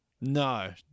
No